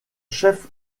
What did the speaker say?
chef